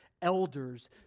elders